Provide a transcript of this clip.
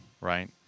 right